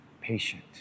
patient